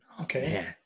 Okay